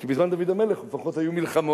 כי בזמן דוד המלך לפחות היו מלחמות,